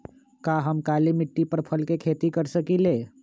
का हम काली मिट्टी पर फल के खेती कर सकिले?